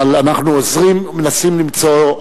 אבל אנחנו עוזרים ומנסים למצוא.